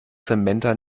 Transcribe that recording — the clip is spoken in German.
samantha